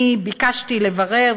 ביקשתי לברר,